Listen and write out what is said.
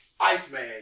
Iceman